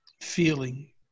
feeling